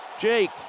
Jake